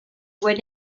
would